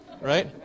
Right